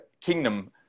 kingdom